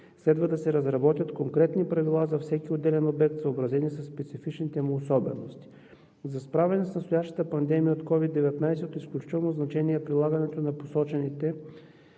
следва да се разработят конкретни правила за всеки отделен обект, съобразени със специфичните им особености. За справяне с настоящата пандемия от COVID-19 от изключително значение е прилагането на посочените